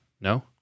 No